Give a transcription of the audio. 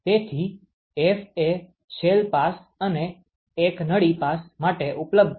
તેથી F એ એક શેલ પાસ અને એક નળી પાસ માટે ઉપલબ્ધ છે